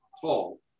tall